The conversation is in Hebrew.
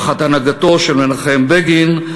תחת הנהגתו של מנחם בגין,